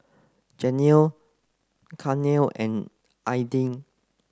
Janelle Gaynell and Aidyn